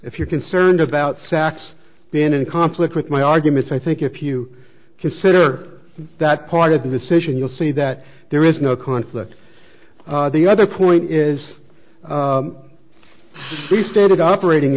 if you're concerned about saks being in conflict with my arguments i think if you consider that part of the decision you'll see that there is no conflict the other point is the stated operating